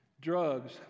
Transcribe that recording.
Drugs